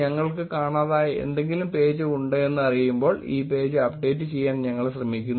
ഞങ്ങൾക്ക് കാണാതായ ഏതെങ്കിലും പേജ് ഉണ്ടെന്ന് അറിയുമ്പോൾ ഈ പേജ് അപ്ഡേറ്റ് ചെയ്യാൻ ഞങ്ങൾ ശ്രമിക്കുന്നു